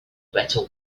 better